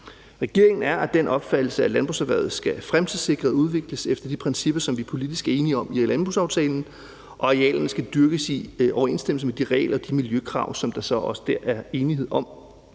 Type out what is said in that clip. Regeringen er af den opfattelse, at landbrugserhvervet skal fremtidssikres og udvikles efter de principper, som vi politisk er enige om via landbrugsaftalen, og arealerne skal dyrkes i overensstemmelse med de regler og de miljøkrav, som der så også der er enighed om.